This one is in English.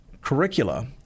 curricula